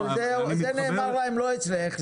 אבל זה נאמר להם לא אצלך.